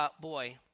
boy